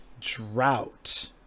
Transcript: drought